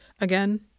again